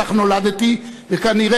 כך נולדתי,